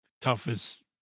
toughest